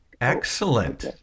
Excellent